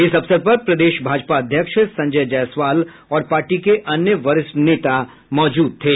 इस अवसर पर प्रदेश भाजपा अध्यक्ष संजय जायसवाल और पार्टी के अन्य वरिष्ठ नेता मौजूद थे